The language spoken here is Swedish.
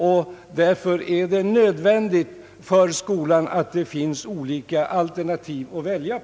Det är därför nödvändigt för skolan att ha olika alternativ att välja på.